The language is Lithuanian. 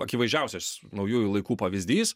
akivaizdžiausias naujųjų laikų pavyzdys